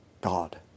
God